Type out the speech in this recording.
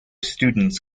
students